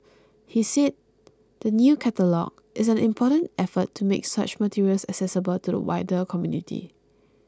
he said the new catalogue is an important effort to make such materials accessible to the wider community